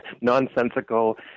nonsensical